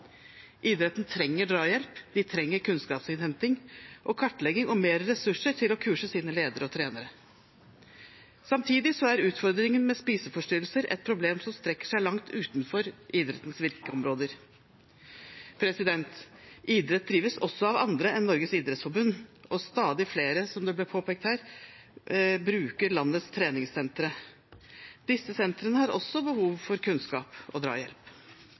Idretten trenger drahjelp. De trenger kunnskapsinnhenting, kartlegging og mer ressurser til å kurse sine ledere og trenere. Samtidig er utfordringen med spiseforstyrrelser et problem som strekker seg langt utenfor idrettens virkeområder. Idrett drives også av andre enn Norges idrettsforbund, og stadig flere – som det ble påpekt her – bruker landets treningssentre. Disse sentrene har også behov for kunnskap og drahjelp.